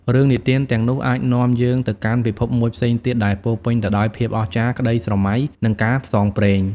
រឿងនិទានទាំងនោះអាចនាំយើងទៅកាន់ពិភពមួយផ្សេងទៀត ដែលពោរពេញទៅដោយភាពអស្ចារ្យ ក្ដីស្រមៃ និងការផ្សងព្រេង។